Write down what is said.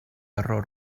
error